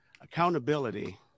accountability